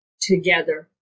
together